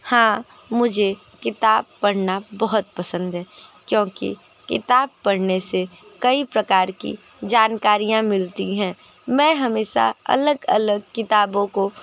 हाँ मुझे किताब पढ़ना बहुत पसंद है क्योंकि किताब पढ़ने से कई प्रकार की जानकारियाँ मिलती हैं मैं हमेशा अलग अलग किताबों को